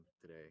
today